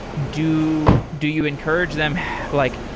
do do you encourage them like,